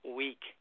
week